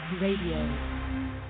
RADIO